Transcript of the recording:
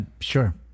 Sure